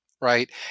right